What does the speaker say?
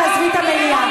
תעזבי את המליאה.